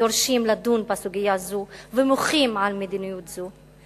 דורשים לדון בסוגיה הזו ומוחים על מדיניות זו.